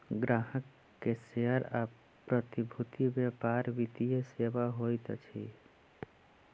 ग्राहक के शेयर आ प्रतिभूति व्यापार वित्तीय सेवा होइत अछि